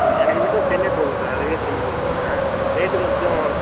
okay எனக்கு Windows டென்னே போதும் சார் அதுவே திரும்பி போட்டுக்கொடுங்க ரேட்டு கொஞ்சம்